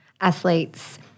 athletes